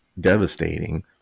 devastating